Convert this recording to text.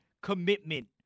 commitment